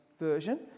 Version